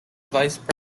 vice